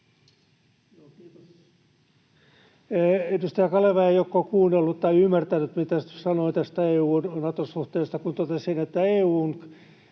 Edustaja Kaleva ei joko kuunnellut tai ymmärtänyt, mitä sanoin tästä EU:n Nato-suhteesta, kun totesin, että EU:n puolustusyhteistyö